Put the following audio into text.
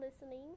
listening